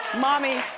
mommy,